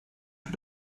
für